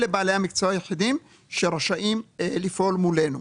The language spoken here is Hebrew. אלה בעלי המקצוע היחידים שרשאים לפעול מולנו.